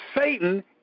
Satan